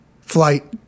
flight